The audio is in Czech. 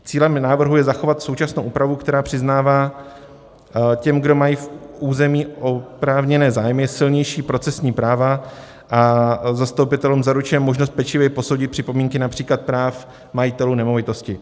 Cílem návrhu je zachovat současnou úpravu, která přiznává těm, kdo mají v území oprávněné zájmy, silnější procesní práva a zastupitelům zaručuje možnost pečlivěji posoudit připomínky například práv majitelů nemovitostí.